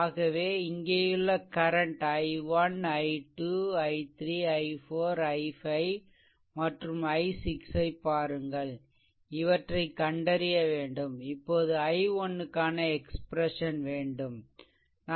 ஆகவே இங்கேயுள்ள current i1 i 2 i3 i4 i5 மற்றும் i6 ஐ பாருங்கள் இவற்றை கண்டறிய வேண்டும் இப்போது i1 க்கான எக்ஸ்ப்ரெசன் வேண்டும்